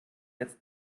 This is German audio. jetzt